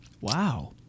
Wow